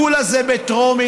כולה זה בטרומית.